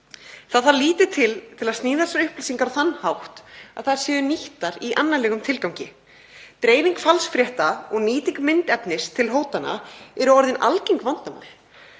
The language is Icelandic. Það þarf lítið til til að sníða sér upplýsingar á þann hátt að hægt sé að nýta þær í annarlegum tilgangi. Dreifing falsfrétta og nýting myndefnis til hótana er orðið algengt vandamál